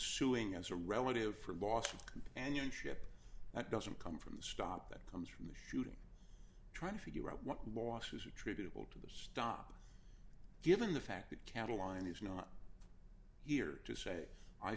suing as a relative for loss of companionship that doesn't come from the stop that comes from the shooting trying to figure out what loss is attributable to the stop given the fact that cattle and he's not here to say i